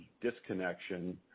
disconnection